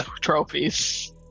trophies